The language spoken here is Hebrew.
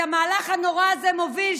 את המהלך הנורא הזה מוביל